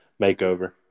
makeover